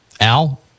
Al